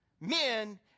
Men